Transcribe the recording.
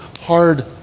hard